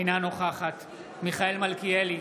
אינה נוכחת מיכאל מלכיאלי,